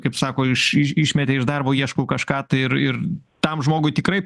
kaip sako iš i išmetė iš darbo ieško kažką tai ir ir tam žmogui tikrai